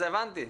הבנתי.